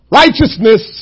righteousness